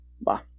Bye